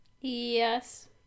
Yes